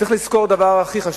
צריך לזכור את הדבר הכי חשוב,